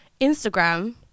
Instagram